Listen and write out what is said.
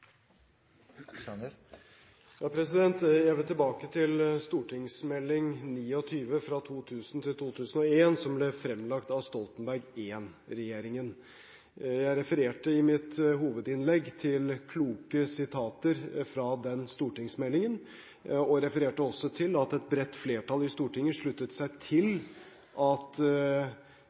Jeg vil tilbake til St.meld. nr. 29 for 2000–2001, som ble fremlagt av Stoltenberg I-regjeringen. Jeg refererte i mitt hovedinnlegg til kloke sitater fra den stortingsmeldingen og til at et bredt flertall i Stortinget sluttet seg til at